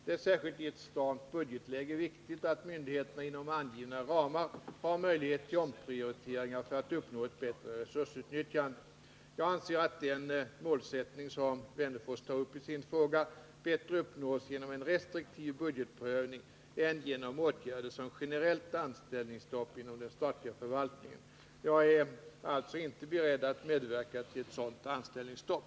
Det är särskilt i ett stramt budgetläge viktigt att myndigheterna inom angivna ramar har möjlighet till omprioriteringar för att uppnå ett bättre resursutnyttjande. Jag anser att den målsättning som Alf Wennerfors tar upp i sin fråga bättre uppnås genom en restriktiv budgetprövning än genom åtgärder som generellt anställningsstopp inom den statliga förvaltningen. Jag är inte beredd att medverka till ett sådant anställningsstopp.